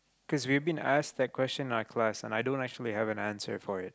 cause we've been asked that question on class and i don't actually have an answer for it